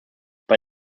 bei